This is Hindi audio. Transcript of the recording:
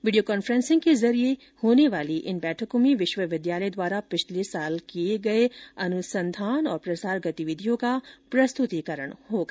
वीडियो कॉन्फ्रेंसिंग के जरिये होने वाली इन बैठकों में विश्वविद्यालय द्वारा पिछले सालों में किए गए अनुसंधान और प्रसार गतिविधियों का प्रस्तुतिकरण होगा